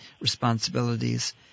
responsibilities